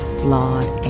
flawed